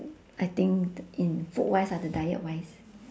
I think in food wise ah the diet wise